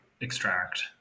extract